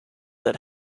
that